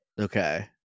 Okay